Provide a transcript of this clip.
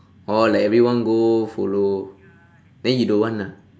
oh like everyone go follow then you don't want ah